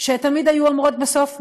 שתמיד היו אומרות בסוף "מבולבלים?"?